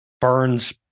Burns